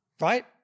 Right